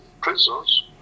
prisons